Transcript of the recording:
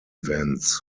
events